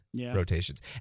rotations